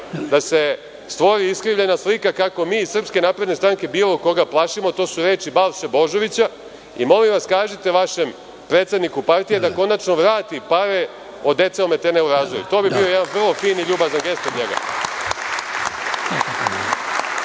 da se stvori iskrivljena slika kako mi iz SNS bilo koga plašimo, to su reči Balše Božovića, i molim vas kažite vašem predsedniku partije da konačno vrati pare od dece ometene u razvoju. To bi bio jedan vrlo fin i ljubazan gest od njega.